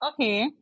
okay